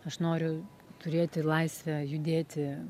aš noriu turėti laisvę judėti